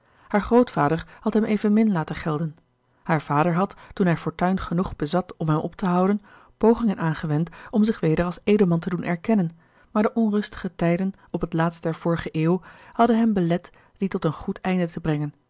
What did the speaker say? haar grootvader had hem evenmin laten gelden haar vader had toen hij fortuin genoeg bezat om hem op te houden pogingen aangewend om zich weder als edelman te doen erkennen maar de onrustige tijden op het laatst der vorige eeuw hadden hem belet die tot een goed einde te brengen